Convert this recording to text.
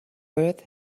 earth